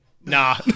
nah